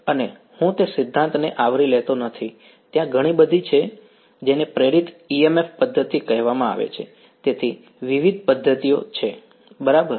અને હું તે સિદ્ધાંતને આવરી લેતો નથી ત્યાં ઘણી બધી છે જેને પ્રેરિત EMF પદ્ધતિ કહેવામાં આવે છે તેથી વિવિધ પદ્ધતિઓ પર બરાબર છે